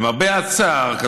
למרבה הצער,